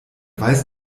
weiß